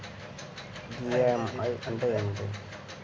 EMI అంటే ఏమిటి?